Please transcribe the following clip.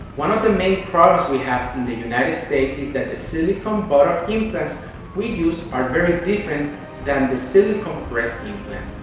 one of the main problems we have in the united states is that the silicone buttock implants we use are very different than the silicone breast and